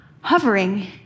hovering